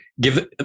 give